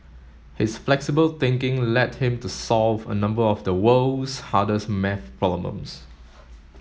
his flexible thinking led him to solve a number of the world's hardest maths problems